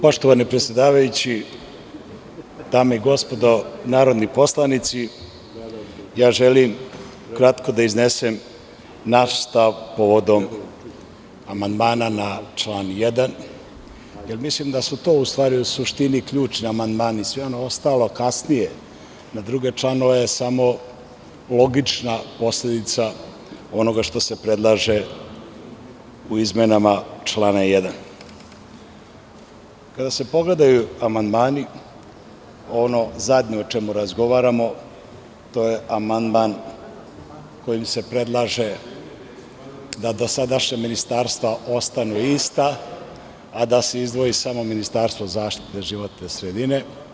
Poštovani predsedavajući, dame i gospodo narodni poslanici, želim kratko da iznesem naš stav povodom amandmana na član 1, jer mislim da su to u suštini ključni amandmani, sve ono ostalo kasnije na druge članove je samo logična posledica onoga što se predlaže u izmenama člana 1. Kada se pogledaju amandmani, ono zadnje o čemu razgovaramo, to je amandman kojim se predlaže da dosadašnja ministarstva ostanu ista, a da se izdvoji samo Ministarstvo zaštite životne sredine.